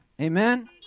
Amen